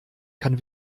kann